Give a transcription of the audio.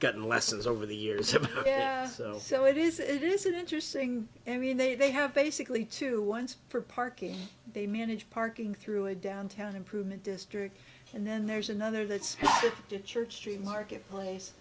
gotten lessons over the years and so it is it is an interesting i mean they they have basically two ones for parking they manage parking through a downtown improvement district and then there's another that's going to church street marketplace